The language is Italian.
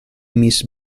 miss